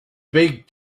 big